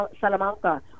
Salamanca